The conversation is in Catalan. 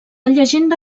llegenda